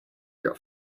your